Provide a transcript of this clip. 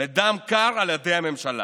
בדם קר על ידי הממשלה.